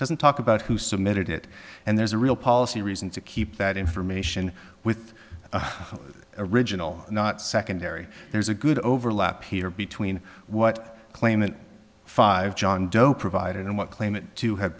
doesn't talk about who submitted it and there's a real policy reason to keep that information with the original not secondary there's a good overlap here between what claimant five john doe provide and what claim to have